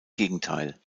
gegenteil